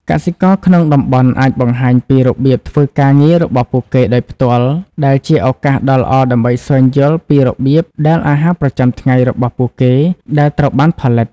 កសិករក្នុងតំបន់អាចបង្ហាញពីរបៀបធ្វើការងាររបស់ពួកគេដោយផ្ទាល់ ដែលជាឱកាសដ៏ល្អដើម្បីស្វែងយល់ពីរបៀបដែលអាហារប្រចាំថ្ងៃរបស់ពួកគេដែលត្រូវបានផលិត ។